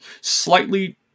Slightly